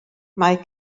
mae